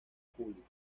pública